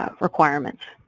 ah requirements.